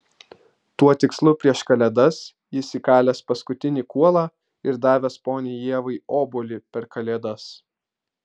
tuo tikslu prieš kalėdas jis įkalęs paskutinį kuolą ir davęs poniai ievai obuolį per kalėdas